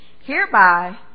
Hereby